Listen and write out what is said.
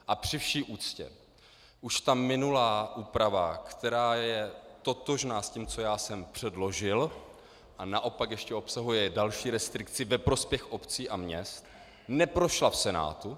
A při vší úctě, už ta minulá úprava, která je totožná s tím, co já jsem předložil, a naopak ještě obsahuje další restrikci ve prospěch obcí a měst, neprošla v Senátu.